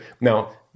Now